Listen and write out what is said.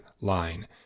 line